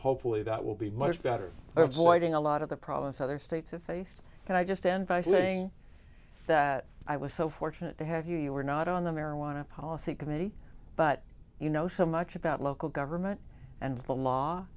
hopefully that will be much better avoiding a lot of the problems other states have faced and i just end by saying that i was so fortunate to have you you were not on the marijuana policy committee but you know so much about local government and the law